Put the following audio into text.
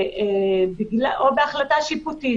או בהחלטה שיפוטית,